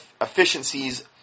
efficiencies